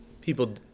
people